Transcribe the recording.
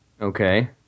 Okay